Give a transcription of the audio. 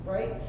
Right